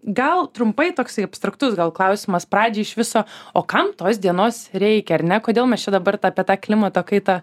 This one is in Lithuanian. gal trumpai toksai abstraktus gal klausimas pradžiai iš viso o kam tos dienos reikia ar ne kodėl mes čia dabar tą apie tą klimato kaitą